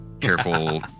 careful